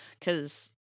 Cause